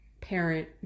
parent